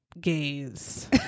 gays